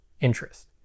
interest